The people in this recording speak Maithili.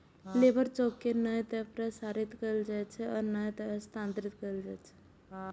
लेबर चेक के नै ते प्रसारित कैल जाइ छै आ नै हस्तांतरित कैल जाइ छै